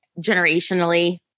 generationally